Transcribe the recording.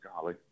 golly